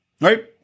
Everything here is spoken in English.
Right